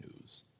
news